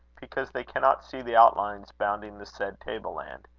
because they cannot see the outlines bounding the said table-land.